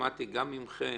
ששמעתי גם מכם